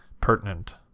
Pertinent